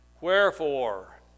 Wherefore